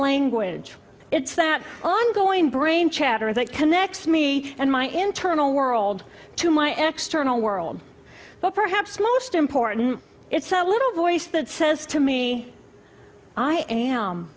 language it's that ongoing brain chatter that connects me and my internal world to my external world but perhaps most important it's that little voice that says to me i am